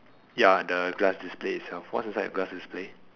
ya the glass display it'self what's inside the glass display